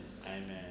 Amen